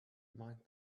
mind